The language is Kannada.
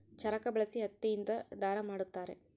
ಚರಕ ಬಳಸಿ ಹತ್ತಿ ಇಂದ ದಾರ ಮಾಡುತ್ತಾರೆ